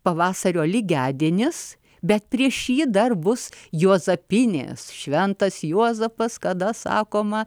pavasario lygiadienis bet prieš jį dar bus juozapinės šventas juozapas kada sakoma